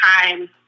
time